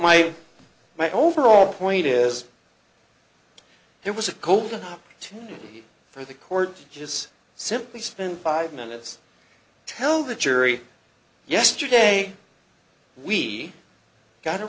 my my overall point is there was a cold too for the court just simply spend five minutes tell the jury yesterday we got it